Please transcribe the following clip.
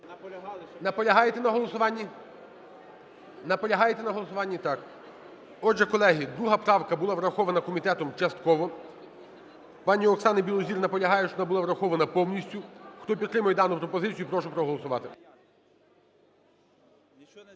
Наполягаєте на голосуванні? Наполягаєте на голосуванні? Так. Отже, колеги, 2 правка була врахована комітетом частково. Пані Оксана Білозір наполягає, щоб вона була врахована повністю. Хто підтримує дану пропозицію, прошу проголосувати.